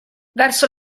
verso